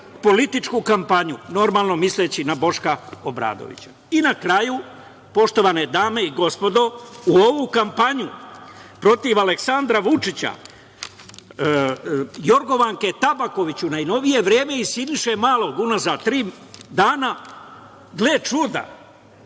političku kampanju. Normalno, misleći na Boška Obradovića. Na kraju, poštovane dame i gospodo, u ovu kampanju protiv Aleksandra Vučića, Jorgovanke Tabaković u najnovije vreme i Siniše Malog, unazad tri dana, gle čuda,